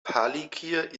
palikir